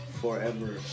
forever